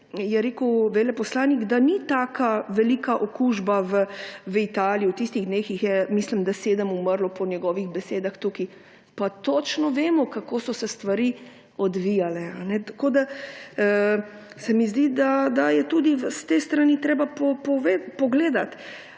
je rekel veleposlanik, da ni taka velika okužba v Italiji, v tistih dneh jih je, mislim da, sedem umrlo po njegovih besedah, tukaj pa točno vemo, kako so se stvari odvijale. Zdi se mi, da je tudi s te strani treba pogledati.